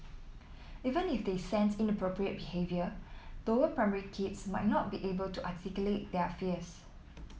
even if they sense inappropriate behaviour lower primary kids might not be able to articulate their fears